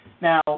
Now